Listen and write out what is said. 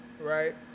right